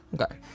Okay